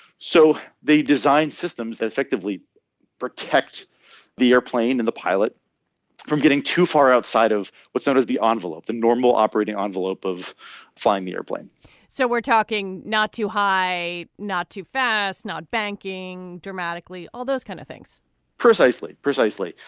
so they designed systems that effectively protect the airplane and the pilot from getting too far outside of what's known as the ah envelope the normal operating envelope of flying the airplane so we're talking not too high not too fast not banking dramatically all those kind of things precisely precisely.